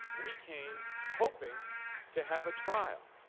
we came, hoping to have a trial.